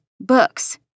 books